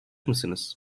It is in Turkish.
mısınız